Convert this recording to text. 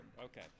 Okay